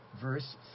verse